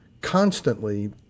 constantly